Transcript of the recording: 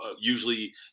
usually